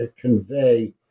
convey